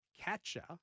catcher